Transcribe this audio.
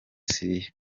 siriya